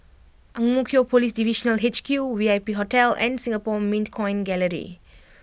Ang Mo Kio Police Divisional H Q V I P Hotel and Singapore Mint Coin Gallery